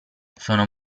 sono